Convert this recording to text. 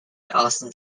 austin